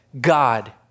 God